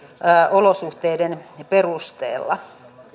olosuhteiden perusteella